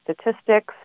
statistics